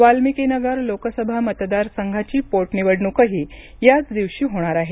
वाल्मिकी नगर लोकसभा मतदार संघाची पोट निवडणूकही याच दिवशी होणार आहे